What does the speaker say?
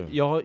jag